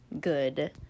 Good